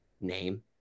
name